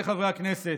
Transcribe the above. הכנסת,